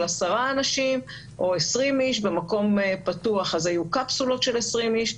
עשרה אנשים או 20 איש במקום פתוח אז היו קפסולות של 20 איש.